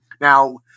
now